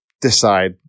decide